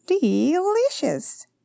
Delicious